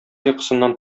йокысыннан